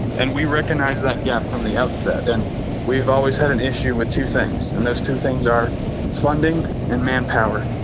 and we recognize that gap from the outset. and we've always had an issue with two things. and those two things are funding and manpower.